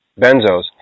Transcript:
benzos